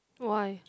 why